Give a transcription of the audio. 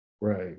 Right